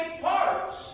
parts